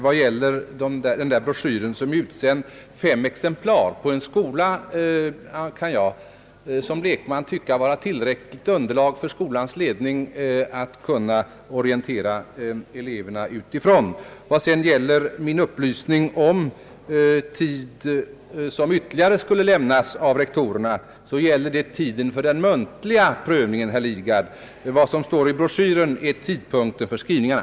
Vad gäller den där broschyren, som utsänts i fem exemplar till en skola, kan jag som lekman tycka att det är ett tillräckligt underlag för skolans ledning för att den skall kunna orientera eleverna. Vad gäller min upplysning om en tidpunkt, som ytterligare skulle lämnas av rektorerna, så gäller det tiden för den muntliga prövningen, herr Lidgard. Vad som står i broschyren är tidpunkten för skrivningarna.